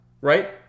right